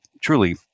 truly